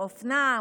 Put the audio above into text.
אופנה,